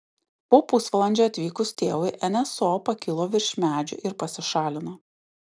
po pusvalandžio atvykus tėvui nso pakilo virš medžių ir pasišalino